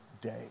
day